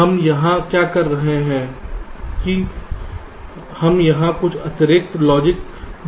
अब हम यहाँ क्या कर रहे हैं कि हम यहाँ कुछ अतिरिक्त लॉजिक जोड़ रहे हैं